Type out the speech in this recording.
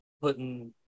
putting